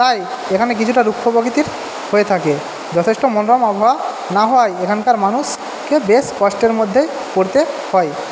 তাই এখানে কিছুটা রুক্ষ প্রকৃতির হয়ে থাকে যথেষ্ট মনোরম আবহাওয়া না হওয়ায় এখানকার মানুষকে বেশ কষ্টের মধ্যে পড়তে হয়